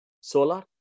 solar